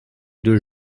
deux